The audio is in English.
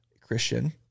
Christian